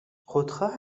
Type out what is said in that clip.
خودخواه